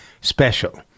special